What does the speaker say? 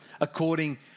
according